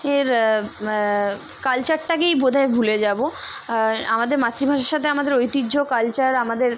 এর কালচারটাকেই বোধায় ভুলে যাবো আর আমাদের মাতৃভাষার সাথে আমাদের ঐতিহ্য কালচার আমাদের